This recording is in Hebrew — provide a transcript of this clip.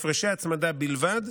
הפרשי הצמדה בלבד,